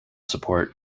support